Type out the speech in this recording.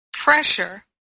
pressure